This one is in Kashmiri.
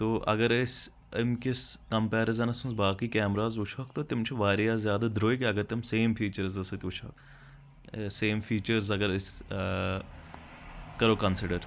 تو اگر أسۍ أمۍ کِس کمپیرِزنس منٛز باقٕے کیمراز ؤچھہوٚکھ تہٕ تِم چھِ واریاہ زیادٕ درٛوگۍ اگر تِم سیم فیٖچٲرزو سۭتۍ وٕچھوہوٚکھ سیم فیٖچٲرز اگر أسۍ کرو کنسڈر